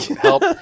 help